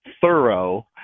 thorough